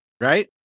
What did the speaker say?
Right